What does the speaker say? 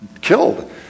killed